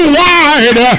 wide